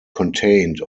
contained